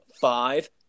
five